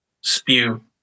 spew